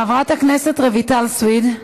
חברת הכנסת רויטל סויד,